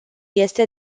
este